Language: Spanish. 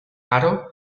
aro